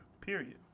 period